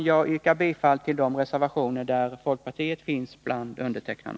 Jag yrkar bifall till de reservationer där folkpartister finns bland undertecknarna.